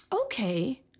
okay